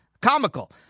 comical